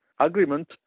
agreement